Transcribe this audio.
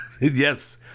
yes